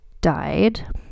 died